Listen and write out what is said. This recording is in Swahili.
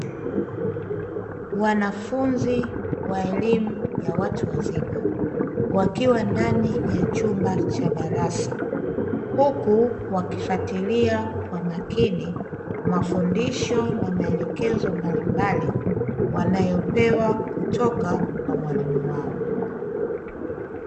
Wanafunzi wa elimu ya watu wazima wakiwa ndani ya chumba cha darasa huku wakifuatilia kwa makini mafundisho na maelekezo mbalimbali wanayopewa kutoka kwa mwalimu wao.